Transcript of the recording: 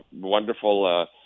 wonderful